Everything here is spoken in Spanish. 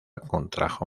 contrajo